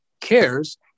cares